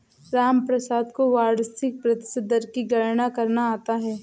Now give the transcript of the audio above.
रामप्रसाद को वार्षिक प्रतिशत दर की गणना करना आता है